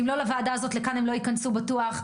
לכאן הם לא ייכנסו בטוח,